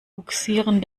bugsieren